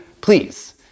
please